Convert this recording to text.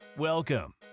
Welcome